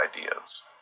ideas